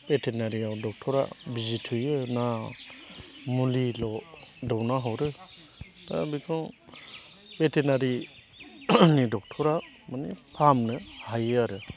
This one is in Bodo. भेटेनारियाव दक्ट'रा बिजि थुयो ना मुलिल' दौना हरो दा बेखौ भेटेनारिनि दक्ट'रा माने फाहामनो हायो आरो